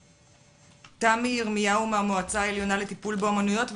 תמי ירמיהו מהמועצה העליונה לטיפול באומנויות ואחר-כך,